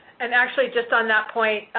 and actually, just on that point,